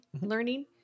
learning